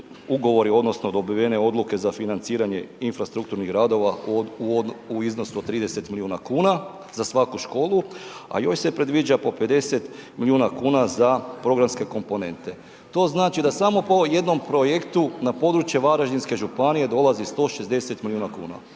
odnosno dobivene odluke za financiranje infrastrukturnih radova u iznosu od 30 milijuna kuna za svaku školu, a još se predviđa po 50 miliona kuna za programske komponente. To znači da samo po ovom jednom projektu na područje Varaždinske županije dolazi 160 milijuna kuna.